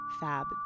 Fab